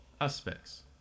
aspects